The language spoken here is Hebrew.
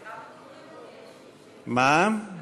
כמה דוברים עוד יש?